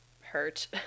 hurt